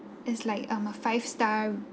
it's like um a five star